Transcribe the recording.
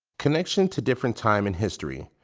connection to different time in history.